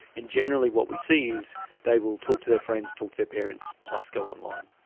and generally what we see is they will talk to their friends, talk to their parents, plus go online.